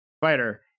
Fighter